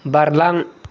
बारलां